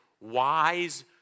wise